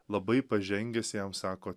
labai pažengęs jam sako